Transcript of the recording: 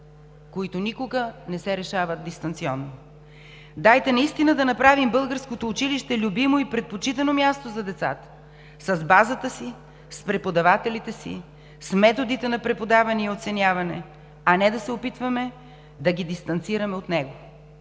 които никога не се решават дистанционно. Дайте наистина да направим българското училище любимо и предпочитано място за децата с базата си, с преподавателите си, с методите на преподаване и оценяване, а не да се опитваме да ги дистанцираме от него.